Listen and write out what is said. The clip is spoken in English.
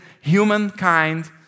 humankind